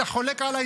אתה חולק עליי,